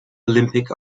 olympic